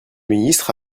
ministre